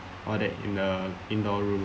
all that in the indoor room